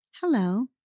hello